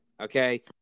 okay